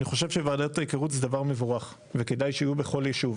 אני חושב שוועדת ההיכרות זה דבר מבורך וכדאי שיהיו בכל ישוב.